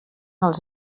els